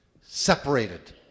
separated